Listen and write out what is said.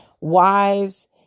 wives